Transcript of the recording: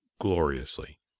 gloriously